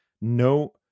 no